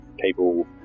people